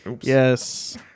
Yes